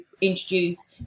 introduce